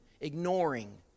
ignoring